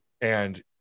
And-